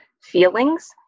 feelings